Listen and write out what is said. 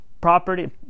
property